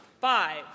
Five